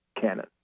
canon